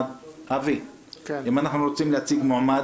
אבי, אם אנחנו רוצים להציג מועמד